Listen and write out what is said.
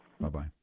Bye-bye